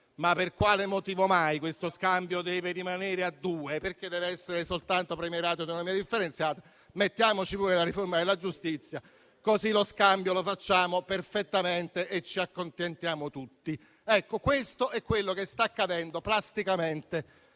per quale motivo questo scambio deve rimanere a due, perché devono esserci soltanto premierato e autonomia differenziata? Aggiungiamo anche la riforma della giustizia nello scambio, così lo facciamo perfettamente e ci accontentiamo tutti. Questo è ciò che sta accadendo plasticamente